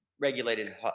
regulated